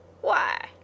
Why